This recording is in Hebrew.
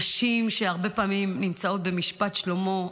נשים שהרבה פעמים נמצאות במשפט שלמה,